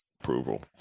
approval